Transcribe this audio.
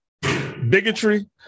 Bigotry